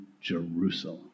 Jerusalem